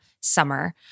summer